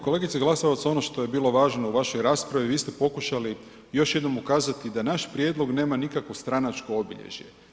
Kolegice Glasovac ono što je bilo važno u vašoj raspravi vi ste pokušali još jednom ukazati da naš prijedlog nema nikakvo stranačko obilježje.